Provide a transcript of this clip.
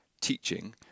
teaching